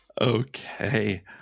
okay